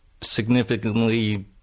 significantly